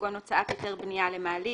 כגון הוצאת היתר בניה למעלית,